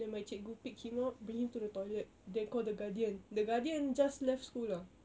then my cikgu pick him up bring him to the toilet then call the guardian the guardian just left school lah